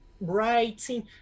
writing